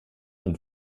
und